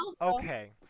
Okay